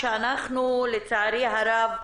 לצערי הרב,